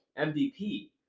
MVP